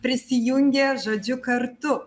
prisijungė žodžiu kartu